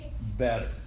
better